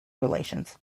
relations